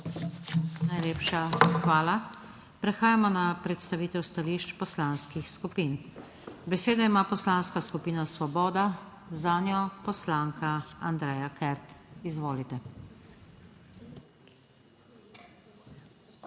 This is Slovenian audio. Najlepša hvala. Prehajamo na predstavitev stališč poslanskih skupin. Besedo ima Poslanska skupina Svoboda, zanjo poslanka Andreja Kert. Izvolite.